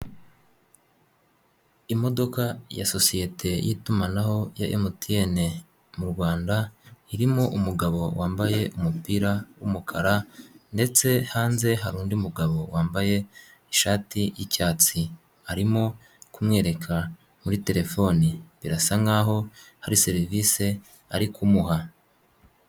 Imodoka ya sosiyete y'itumanaho ya MTN mu Rwanda irimo umugabo wambaye umupira w'umukara ndetse hanze hari undi mugabo wambaye ishati y'icyatsi arimo kumwereka muri terefone birasa nk'aho hari serivise ari kumuha.